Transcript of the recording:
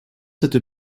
cette